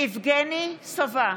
סובה,